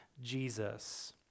Jesus